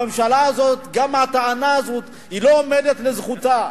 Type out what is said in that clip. הממשלה הזאת, גם הטענה הזאת לא עומדת לזכותה.